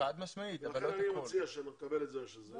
לכן אני מציע שנקבל את זה איך שזה.